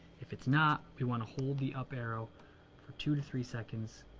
if it's not, you want to hold the up arrow for two to three seconds,